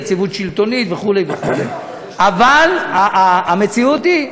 יציבות שלטונית וכו' וכו' אבל המציאות היא,